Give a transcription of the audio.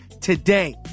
today